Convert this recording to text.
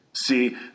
See